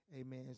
Amen